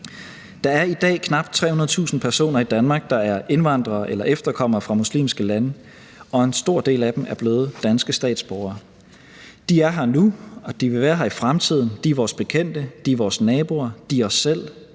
Der er i dag knap 300.000 personer i Danmark, der er indvandrere eller efterkommere fra muslimske lande, og en stor del af dem er blevet danske statsborgere. De er her nu, og de vil være her i fremtiden. De er vores bekendte. De er vores naboer. De er os selv.